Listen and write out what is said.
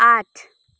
आठ